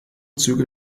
züge